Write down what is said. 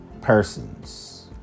persons